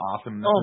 awesome